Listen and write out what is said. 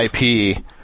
IP